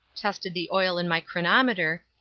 tested the oil in my chronometer,